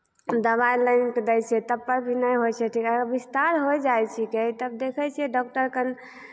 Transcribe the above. दबाइ लानि कऽ दै छियै तब पर भी नहि होइ छै ठीक आ विस्तार होइ जाइ छिकै तब देखै छियै डॉक्टर कन